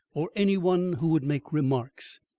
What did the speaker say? or any one who would make remarks.